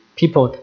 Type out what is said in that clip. people